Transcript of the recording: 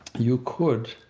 you could.